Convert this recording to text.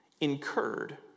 incurred